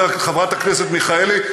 חברת הכנסת מיכאלי,